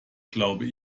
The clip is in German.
glaube